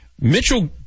Mitchell